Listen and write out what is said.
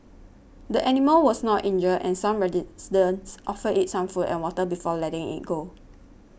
the animal was not injured and some offered it some food and water before letting it go